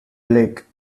blake